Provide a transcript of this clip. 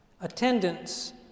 Attendance